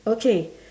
okay